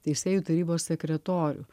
teisėjų tarybos sekretorių